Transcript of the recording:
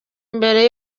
mbere